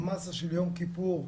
המסה של יום כיפור,